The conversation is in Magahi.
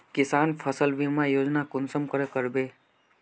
किसान फसल बीमा योजना कुंसम करे करबे?